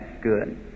good